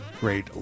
great